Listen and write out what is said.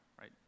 right